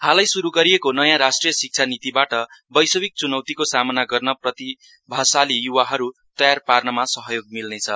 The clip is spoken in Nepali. हालै सुरू गरिएको नयाँ राष्ट्रिय शिक्षा नितिबोट वैश्विक च्नौतिको सामना गर्न प्रतिभाशाली युवाहरू तयार पार्नमा सहयोग मिल्नेछ